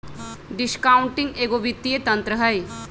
discounting एगो वित्तीय तंत्र हइ